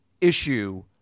issue